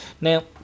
now